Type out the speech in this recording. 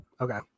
Okay